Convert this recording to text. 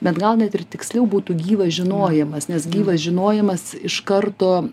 bet gal net ir tiksliau būtų gyvas žinojimas nes gyvas žinojimas iš karto